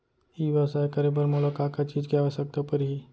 ई व्यवसाय करे बर मोला का का चीज के आवश्यकता परही?